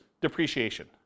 depreciation